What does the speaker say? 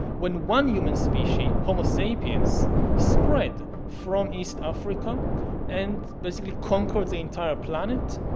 when one human species homo sapiens spread, from east africa and basically conquered the entire planet,